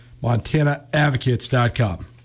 montanaadvocates.com